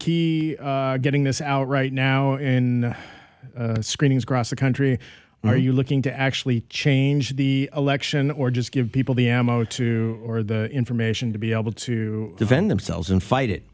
key getting this out right now in screenings cross the country are you looking to actually change the election or just give people the ammo to or the information to be able to defend themselves and fight it